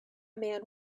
man